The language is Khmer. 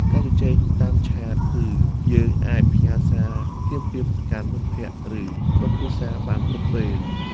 ការជជែកតាមឆាត គឺយើងអាចផ្ញើសារភ្លាមៗទៅកាន់មិត្តភក្ដិ ឬក្រុមគ្រួសារបានគ្រប់ពេល។